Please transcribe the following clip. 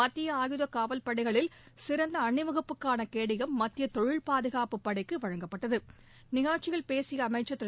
மத்திய ஆயுத காவல் படைகளில் சிறந்த அணிவகுப்புக்கான கேடயம் மத்திய தொழில்பாதுகாப்பு படைக்கும் வழங்கப்பட்டது நிகழ்ச்சியில் பேசிய அமைச்சர் திரு